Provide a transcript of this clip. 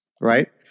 right